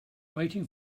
waiting